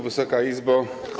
Wysoka Izbo!